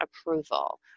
approval